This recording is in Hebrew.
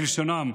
כלשונם.